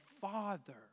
Father